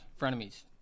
Frenemies